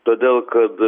todėl kad